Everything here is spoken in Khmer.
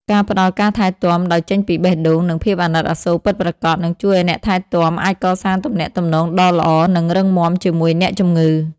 ការផ្ដល់ការថែទាំដោយចេញពីបេះដូង និងភាពអាណិតអាសូរពិតប្រាកដ នឹងជួយឱ្យអ្នកថែទាំអាចកសាងទំនាក់ទំនងដ៏ល្អ និងរឹងមាំជាមួយអ្នកជំងឺ។